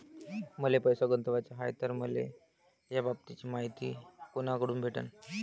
मले पैसा गुंतवाचा हाय तर मले याबाबतीची मायती कुनाकडून भेटन?